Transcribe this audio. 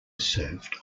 served